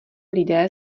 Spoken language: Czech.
lidé